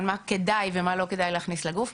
על מה כדאי ומה לא כדאי להכניס לגוף,